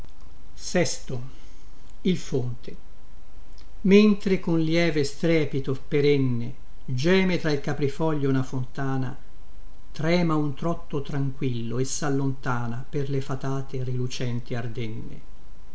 ciocche dellacacia mentre con lieve strepito perenne geme tra il caprifoglio una fontana trema un trotto tranquillo e sallontana per le fatate rilucenti ardenne